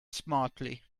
smartly